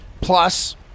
Plus